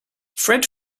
fred